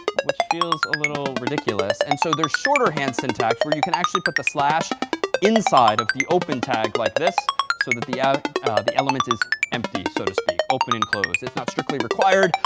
which feels a little ridiculous. and so there's shorter hand syntax where you can actually put the slash inside of the open tag like this so that the ah the element is empty so to speak. open and closed. it's not strictly required,